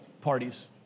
parties